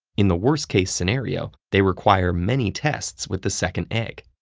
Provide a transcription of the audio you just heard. in the worst case scenario, they require many tests with the second egg.